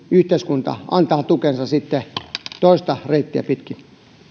yhteiskunta antaa siihen tukensa sitten toista reittiä pitkin